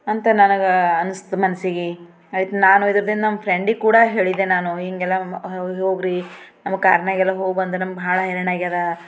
ಅಂತ ನನಗೆ ಅನ್ನಿಸ್ತು ಮನ್ಸಿಗೆ ಆಯಿತು ನಾನು ಇದ್ರದ್ನೂ ನನ್ನ ಫ್ರೆಂಡಿಗೆ ಕೂಡ ಹೇಳಿದೆ ನಾನು ಹೀಗೆಲ್ಲ ಹೋಗ್ರಿ ನಮಗೆ ಕಾರ್ನಾಗೆಲ್ಲ ಹೋಗಿ ನಮಗೆ ಭಾಳ ಹೈರಾಣಾಗ್ಯದ